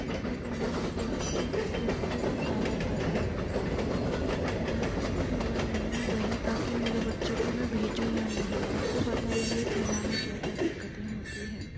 पता करना पड़ा कि कैसे सारा कार्य होता है महत्वपूर्ण मेरा निर्णय वही था कि मेरे बच्चे को मै भेजूं या नहीं आपको पता ही है सेना में क्या क्या दिककतें होती हैं